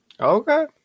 Okay